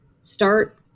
start